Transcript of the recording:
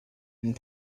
and